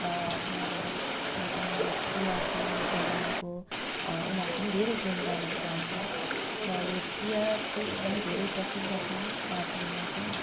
र उनीहरूले पनि यो चियाको यो बगानको उनीहरूले पनि धेरै गुणगानहरू गाउँछ र यो चिया चाहिँ एकदमै धेरै प्रसिद्ध छ दार्जिलिङमा चाहिँ